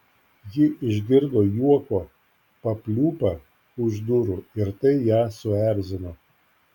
ji išgirdo juoko papliūpą už durų ir tai ją suerzino